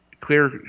clear